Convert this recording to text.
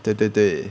对对对